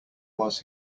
was